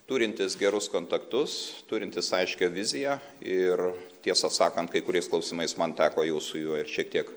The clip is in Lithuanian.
turintis gerus kontaktus turintis aiškią viziją ir tiesą sakant kai kuriais klausimais man teko jau su juo ir šiek tiek